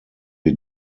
wir